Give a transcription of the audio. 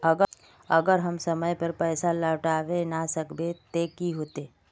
अगर हम समय पर पैसा लौटावे ना सकबे ते की होते?